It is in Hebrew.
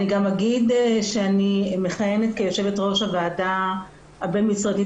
אני גם אגיד שאני מכהנת כיו"ר הוועדה הבין משרדית